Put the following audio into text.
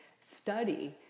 study